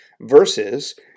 versus